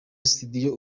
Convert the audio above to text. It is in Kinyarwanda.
studio